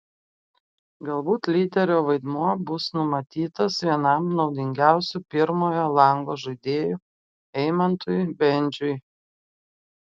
galbūt lyderio vaidmuo bus numatytas vienam naudingiausių pirmojo lango žaidėjų eimantui bendžiui